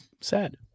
sad